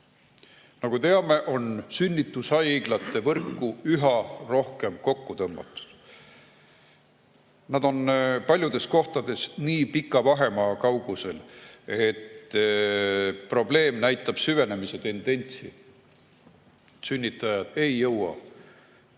Nagu teame, on sünnitushaiglate võrku üha rohkem kokku tõmmatud. Sünnitushaiglad on paljudes kohtades nii pika vahemaa kaugusel, et probleem näitab süvenemise tendentsi. Sünnitajad ei jõua